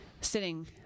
sitting